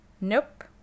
Nope